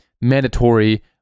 mandatory